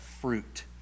fruit